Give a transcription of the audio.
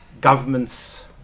governments